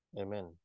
Amen